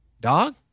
dog